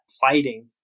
fighting